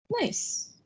nice